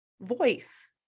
voice